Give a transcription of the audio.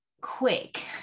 quick